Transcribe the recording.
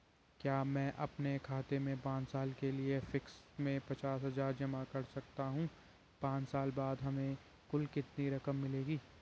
क्या मैं अपने खाते में पांच साल के लिए फिक्स में पचास हज़ार जमा कर सकता हूँ पांच साल बाद हमें कुल कितनी रकम मिलेगी?